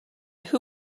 who